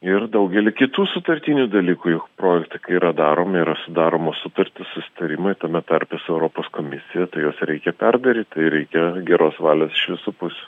ir daugelį kitų sutartinių dalykų projektai kai yra daromi yra sudaromos sutartys susitarimai tame tarpe su europos komisija juos reikia perdaryt tai reikia geros valios iš visų pusių